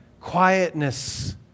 quietness